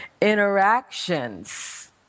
interactions